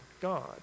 God